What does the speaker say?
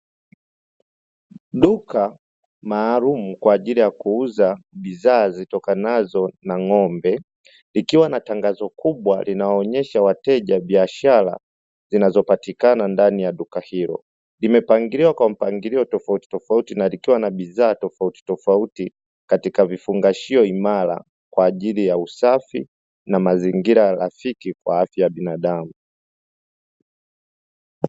Duka maalumu kwaajili ya kuuza bidhaa zitokanazo na ng'ombe, likiwa na tangazo kubwa linaloonyesha wateja biashara zinazopatikana ndani ya duka hilo, limepangiliwa kwa mpangilio tofauti tofauti na likiwa na bidhaa tofauti tofauti katika vifungashio imara kwaajili ya usafi na mazingira rafiki kwa afya ya binadamu.